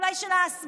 אולי של ההסברה?